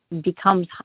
becomes